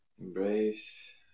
embrace